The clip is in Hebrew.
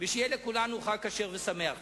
ושיהיה לכולנו חג כשר ושמח.